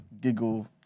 giggle